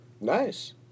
Nice